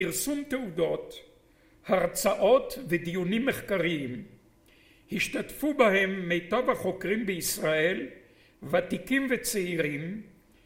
פרסום תעודות, הרצאות ודיונים מחקריים, השתתפו בהם מיטב החוקרים בישראל, ותיקים וצעירים